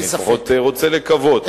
אני לפחות רוצה לקוות.